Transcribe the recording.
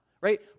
right